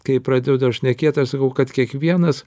kai pradedu šnekėti aš sakau kad kiekvienas